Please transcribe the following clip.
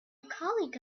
colleague